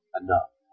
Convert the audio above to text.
enough